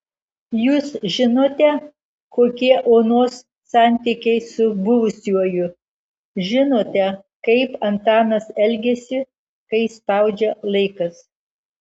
jūs žinote kokie onos santykiai su buvusiuoju žinote kaip antanas elgiasi kai spaudžia laikas